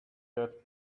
that